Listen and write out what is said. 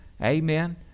amen